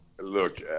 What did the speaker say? Look